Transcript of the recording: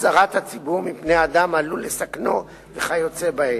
אזהרת הציבור מפני אדם העלול לסכנו וכיוצא באלה.